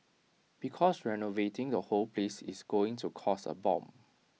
because renovating the whole place is going to cost A bomb